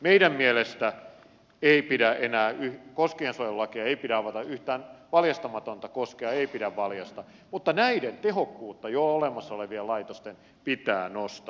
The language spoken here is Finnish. meidän mielestämme ei enää koskiensuojelulakia pidä avata yhtään valjastamatonta koskea ei pidä valjastaa mutta näiden jo olemassa olevien laitosten tehokkuutta pitää nostaa